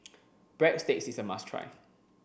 Breadsticks is a must try